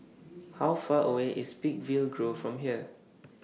How Far away IS Peakville Grove from here